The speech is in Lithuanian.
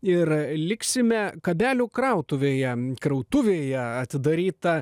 ir liksime kabelių krautuvėje krautuvėje atidaryta